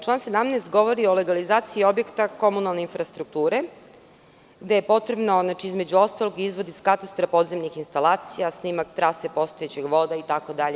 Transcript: Član 17. govori o legalizaciji objekta komunalne infrastrukture, gde je potrebno, između ostalog, i izvod iz katastra podzemnih instalacija, snimak trase postojećeg voda itd.